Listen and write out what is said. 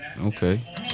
Okay